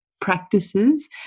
practices